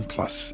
Plus